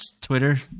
Twitter